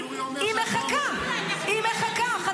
ואתה יודע כמה אנשים נמצאים בחטיבה הזאת?